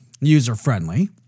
user-friendly